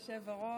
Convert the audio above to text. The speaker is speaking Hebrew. אדוני היושב-ראש,